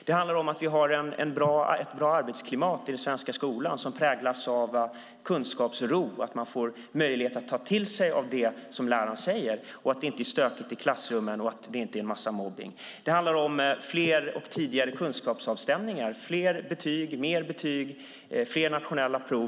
Det handlar om att ha ett bra arbetsklimat som präglas av kunskapsro så att man får möjlighet att ta till sig det som läraren säger, att det inte är stökigt i klassrummen och att det inte förekommer mobbning. Det handlar om fler och tidigare kunskapsavstämningar, fler betyg, mer betyg och fler nationella prov.